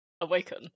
awaken